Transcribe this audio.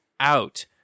out